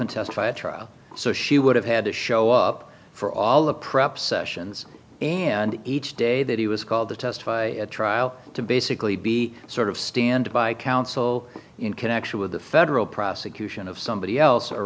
and testify at trial so she would have had to show up for all the prep sessions and each day that he was called to testify at trial to basically be sort of stand by counsel in connection with the federal prosecution of somebody else